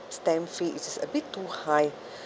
stamp fee is a bit too high